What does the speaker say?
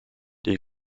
die